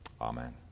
Amen